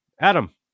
Adam